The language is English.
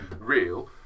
real